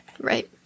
Right